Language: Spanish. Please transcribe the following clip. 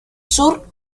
sur